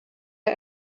der